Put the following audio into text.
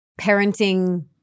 parenting